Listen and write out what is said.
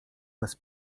bez